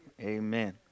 Amen